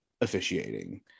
officiating